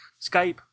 Skype